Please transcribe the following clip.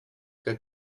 que